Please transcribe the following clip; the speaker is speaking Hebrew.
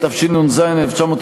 התשנ"ז 1997,